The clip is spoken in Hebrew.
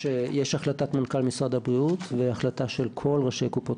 יש החלטת מנכ"ל משרד הבריאות והחלטה של כל ראשי קופות